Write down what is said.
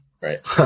Right